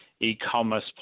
e-commerce